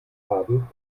haben